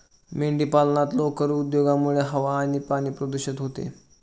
मेंढीपालनात लोकर उद्योगामुळे हवा आणि पाणी दूषित होते